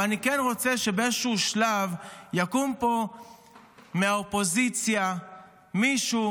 אבל אני כן רוצה שבאיזשהו שלב יקום פה מהאופוזיציה מישהו,